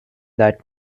that